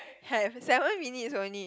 have seven minutes only